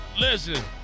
listen